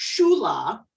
shula